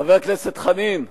חבר הכנסת חנין,